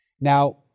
Now